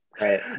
right